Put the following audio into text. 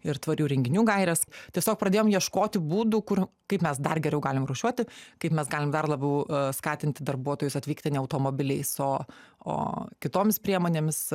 ir tvarių renginių gaires tiesiog pradėjom ieškoti būdų kur kaip mes dar geriau galim rūšiuoti kaip mes galim dar labiau skatinti darbuotojus atvykti ne automobiliais o o kitoms priemonėmis